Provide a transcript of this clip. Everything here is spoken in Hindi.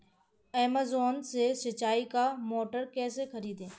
अमेजॉन से सिंचाई का मोटर कैसे खरीदें?